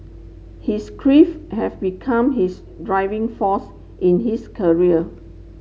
his grief have become his driving force in his career